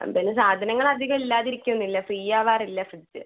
എന്തേലും സാധനങ്ങൾ അധികം ഇല്ലാതിരിക്കിന്നില്ല ഫ്രീ ആകാറില്ല ഫ്രിഡ്ജ്